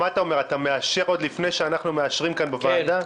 אתה אומר שאתה מאשר עוד לפני שאנחנו מאשרים כאן בוועדה?